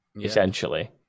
essentially